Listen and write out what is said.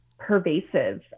pervasive